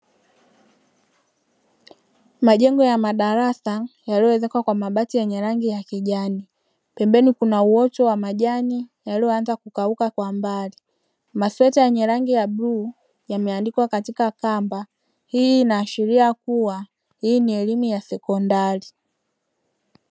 Majengo ya madarasa yaliyoezekwa kwa mabati yenye rangi ya kijani, pembeni kuna uoto wa majani yaliyoanza kukauka kwa mbali, masweta yenye rangi ya bluu yameanikwa katika kamba, hii inaashiria kuwa hii ni elimu ya sekondari.